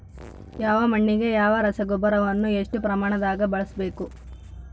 ಯಾವ ಮಣ್ಣಿಗೆ ಯಾವ ರಸಗೊಬ್ಬರವನ್ನು ಎಷ್ಟು ಪ್ರಮಾಣದಾಗ ಬಳಸ್ಬೇಕು?